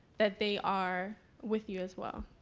that they are with you as well.